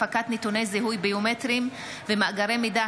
הפקת נתוני זיהוי ביומטריים ומאגר מידע,